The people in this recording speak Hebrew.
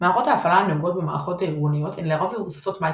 מערכות ההפעלה הנהוגות במערכות ארגוניות הן לרוב מבוססות מיקרוסופט,